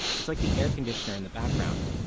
it's like the air conditioner in the background,